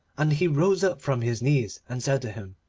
and he rose up from his knees and said to him,